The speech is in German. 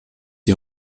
die